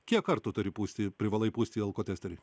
kiek kartų turi pūsti privalai pūsti į alkotesterį